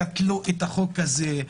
קטלו את החוק הזה.